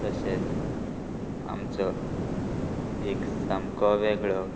तशेंच आमचो एक सामको वेगळो